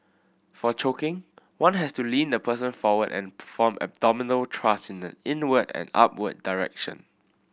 for choking one has to lean the person forward and perform abdominal thrust in an inward and upward direction